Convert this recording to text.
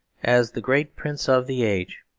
as the great prince of the age.